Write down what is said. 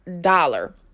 dollar